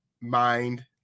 mind